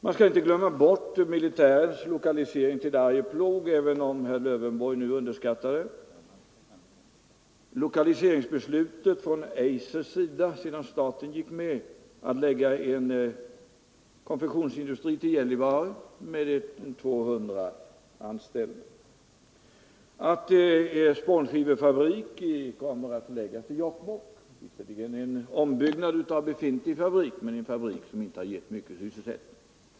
Man skall inte glömma den militära lokaliseringen till Arvidsjaur, även om herr Lövenborg nu underskattade den, Eisers beslut — sedan staten gått in i detta företag — att förlägga en konfektionsfabrik till Gällivare med 1 200 anställda och beslutet att en spånskivefabrik skall förläggas till Jokkmokk. Det är visserligen där fråga om en utbyggnad av en befintlig fabrik, men denna har hittills inte givit mycket av sysselsättning.